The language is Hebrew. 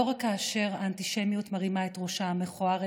לא רק כאשר האנטישמיות מרימה את ראשה המכוער,